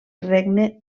regne